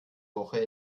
woche